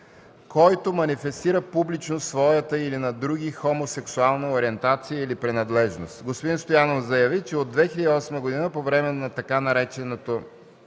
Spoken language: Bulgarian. който манифестира публично своята или на други хомосексуална ориентация или принадлежност. Господин Стоянов заяви, че от 2008 г. по време на така нареченото